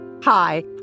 Hi